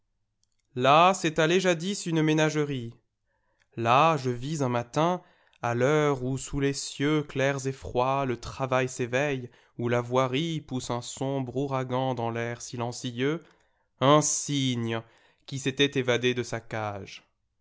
là s'étalait jadis une ménagerie là je vis un matin à l'heure où sous les cieux clairs et froids le travail s éveille où la voiriepousse un sombre ouragan dans tair silencieux un cygne qui s'était évadé de sa cage